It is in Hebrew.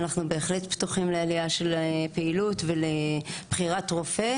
אנחנו בהחלט פתוחים לעלייה של הפעילות ולבחירת רופא.